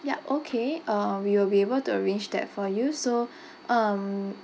ya okay um we will be able to arrange that for you so um